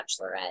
bachelorette